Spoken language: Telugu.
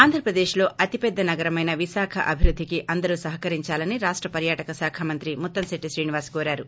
ఆంధ్రప్రదేశ్లో అతిపెద్ద నగరమైన విశాఖ అభివృద్ధికి అందరూ సహకరించాలని రాష్ట పర్యాటక శాఖ మంత్రి ముత్తంశెట్లి శ్రీనివాస్ కోరారు